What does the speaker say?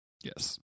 yes